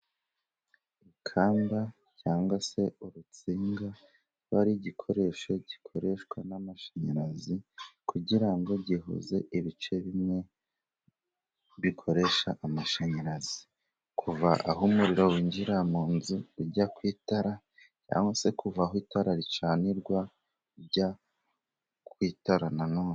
Urukamba cyangwa se urutsinga, kikaba ari igikoresho gikoreshwa n'amashanyarazi, kugira ngo gihuze ibice bimwe bikoresha amashanyarazi. Kuva aho umuriro winjirira mu nzu, ujya ku itara. Cyangwa se kuva aho itara ricanirwa, ujya ku itara na none.